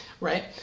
right